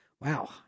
wow